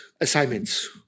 assignments